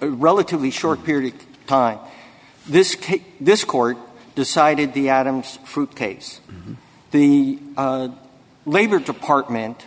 relatively short period of time this cake this court decided the adams fruit case the labor department